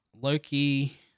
Loki